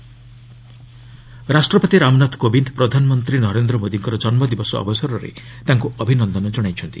ପ୍ରେକ୍ ପିଏମ୍ ରାଷ୍ଟ୍ରପତି ରାମନାଥ କୋବିନ୍ଦ୍ ପ୍ରଧାନମନ୍ତ୍ରୀ ନରେନ୍ଦ୍ର ମୋଦିଙ୍କ ଜନ୍ମଦିବସ ଅବସରରେ ତାଙ୍କୁ ଅଭିନନ୍ଦନ କଣାଇଛନ୍ତି